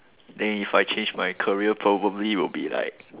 then if I change my career probably will be like